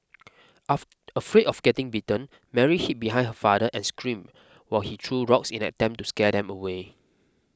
afraid of getting bitten Mary hid behind her father and screamed while he threw rocks in an attempt to scare them away